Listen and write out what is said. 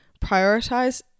prioritize